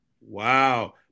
Wow